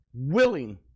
Willing